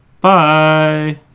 Bye